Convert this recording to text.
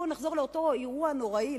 בואו נחזור לאותו אירוע נוראי,